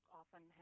often